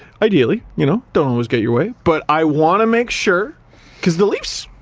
ideally, you know, don't always get your way, but i want to make sure because the leafs,